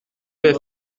fait